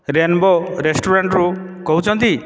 rainbow ରେଷ୍ଟୁରାଣ୍ଟରୁ କହୁଛନ୍ତି